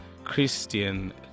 Christian